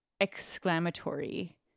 exclamatory